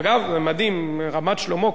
אגב, זה מדהים, רמת-שלמה.